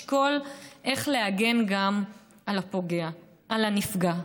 לשקול איך להגן גם על הנפגע.